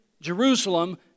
Jerusalem